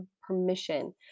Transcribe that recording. permission